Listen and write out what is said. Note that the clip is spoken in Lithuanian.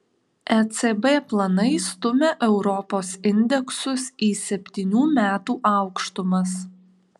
ecb planai stumia europos indeksus į septynių metų aukštumas